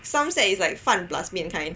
some set is like 饭 plus 面 kind